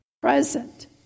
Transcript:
present